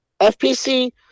FPC